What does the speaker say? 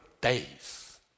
days